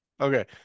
Okay